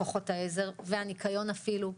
כוחות העזר והניקיון אפילו.